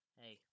hey